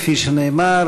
כפי שנאמר,